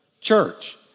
church